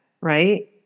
Right